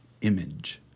image